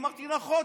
אמרתי: נכון,